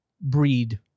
breed